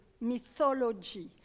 mythology